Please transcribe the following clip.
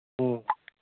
ꯎꯝ